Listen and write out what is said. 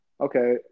okay